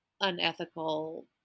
unethical